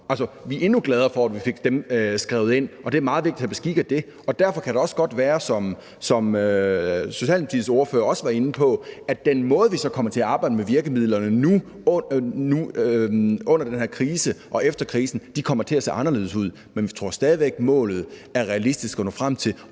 vi er endnu gladere for, at vi fik det skrevet ind, og det er meget vigtigt at tage bestik af det, og derfor kan det også godt være, som Socialdemokratiets ordfører også var inde på, at den måde, vi så kommer til at arbejde med virkemidlerne på nu under den her krise og efter krisen, kommer til at se anderledes ud. Men vi tror stadig, at målet er realistisk at nå, også